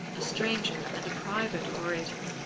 a stranger and a private orator,